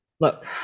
look